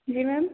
जी ma'am